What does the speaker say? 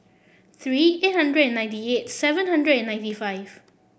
three eight hundred and ninety eight seven hundred and ninety five